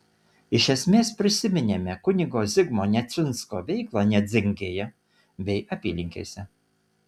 iš esmės prisiminėme kunigo zigmo neciunsko veiklą nedzingėje bei apylinkėse